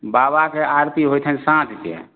बाबाके आरती होइ छनि साँझके